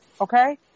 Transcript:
Okay